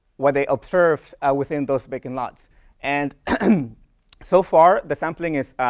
where they observed within those vacant lots and and so far, the sampling is.